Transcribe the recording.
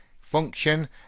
function